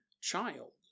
child